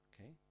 Okay